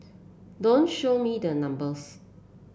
don't show me the numbers